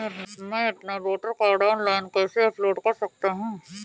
मैं अपना voter card online कैसे अपलोड कर सकता हूँ?